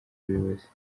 ubuyobozi